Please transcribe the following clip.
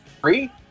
free